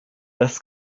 das